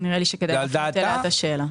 נראה לי שכדאי להפנות אליה את השאלה.